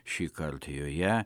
šįkart joje